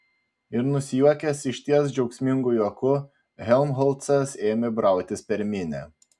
ir nusijuokęs išties džiaugsmingu juoku helmholcas ėmė brautis per minią